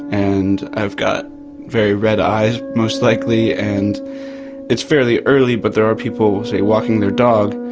and i've got very red eyes most likely, and it's fairly early, but there are people, say walking their dog.